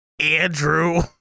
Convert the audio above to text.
Andrew